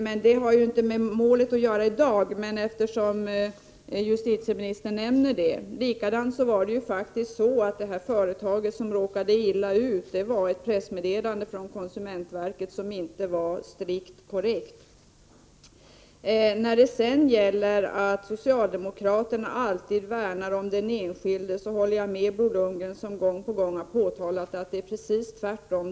Detta har inte med dagens debatt att göra, men jag nämner det därför att 25 november 1988 justitieministern anförde att hon har ett förflutet som konsumentföreträdare. Vidare var det så att företaget som råkade illa ut figurerade i ett pressmeddelande från konsumentverket som inte var strikt korrekt. När det sedan gäller påståendet att socialdemokraterna alltid värnar om den enskilde håller jag med Bo Lundgren, som gång på gång har påtalat att det är precis tvärtom.